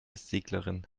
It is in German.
seglerin